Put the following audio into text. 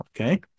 okay